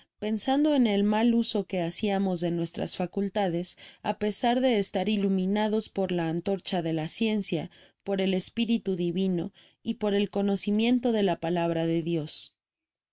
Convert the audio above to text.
pensando en el mal oso que haciamos de nuestras faeultades á pesar de estar iluminados por la antorcha de la ciencia por el espiritu divino y por el conocimiento je la palabra de dios